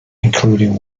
including